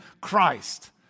Christ